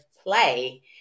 play